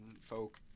folk